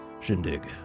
Shindig